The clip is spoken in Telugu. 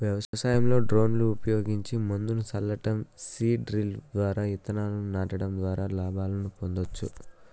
వ్యవసాయంలో డ్రోన్లు ఉపయోగించి మందును సల్లటం, సీడ్ డ్రిల్ ద్వారా ఇత్తనాలను నాటడం ద్వారా లాభాలను పొందొచ్చు